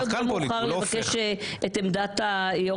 אולי עוד לא מאוחר לבקש את עמדת יושב